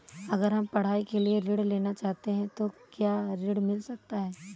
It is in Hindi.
अगर हम पढ़ाई के लिए ऋण लेना चाहते हैं तो क्या ऋण मिल सकता है?